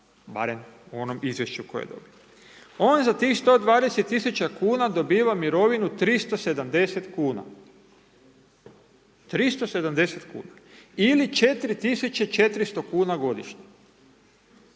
barem u onom izvješću koje dobije. On za tih 120 tisuća kuna dobiva mirovinu 370 kuna. 370 kuna, ili 4400 kuna godišnje.